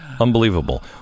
unbelievable